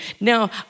Now